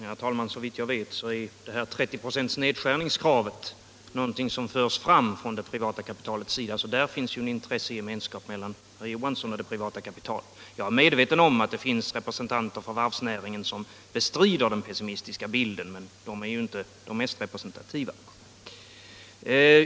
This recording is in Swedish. Herr talman! Såvitt jag vet är kravet på en 30-procentig nedskärning någonting som förs fram från det privata kapitalets sida. Där finns alltså en intressegemenskap mellan herr Johansson och det privata kapitalet. Jag är medveten om att det finns representanter för varvsnäringen som bestrider den pessimistiska bilden, men dessa är ju inte de mest representativa.